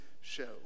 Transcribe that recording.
show